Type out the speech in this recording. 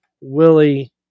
Willie